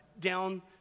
down